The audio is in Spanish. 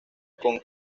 con